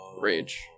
rage